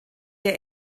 der